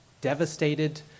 devastated